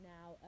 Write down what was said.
Now